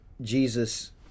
Jesus